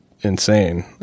insane